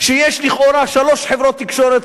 שיש לכאורה שלוש חברות תקשורת,